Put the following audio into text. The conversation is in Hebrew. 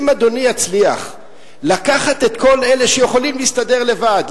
אם אדוני יצליח לקחת את כל אלה שיכולים להסתדר לבד,